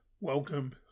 welcome